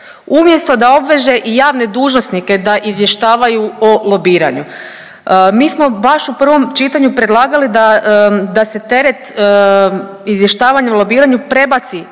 umjesto da obveže i javne dužnosnike da izvještavaju o lobiranju. Mi smo baš u prvom čitanju predlagali da se teret izvještavanja o lobiranju prebaci